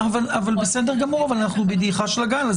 בסדר גמור, אבל אנחנו בדעיכה של הגל.